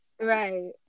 right